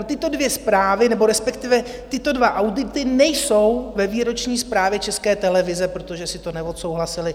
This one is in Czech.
No, tyto dvě zprávy, nebo respektive tyto dva audity nejsou ve výroční zprávě České televize, protože si to neodsouhlasili.